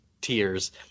tears